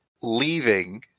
leaving